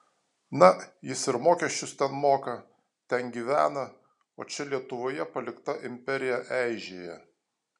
na jis ir mokesčius ten moka ten gyvena o čia lietuvoje palikta imperija eižėja